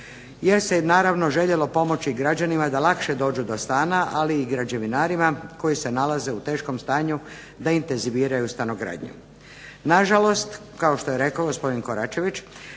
jer se naravno željelo pomoći građanima da lakše dođu do stana, ali i građevinarima koji se nalaze u teškom stanju da intenziviraju stanogradnju. Nažalost, kao što je rekao gospodin Koračević,